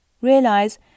Realize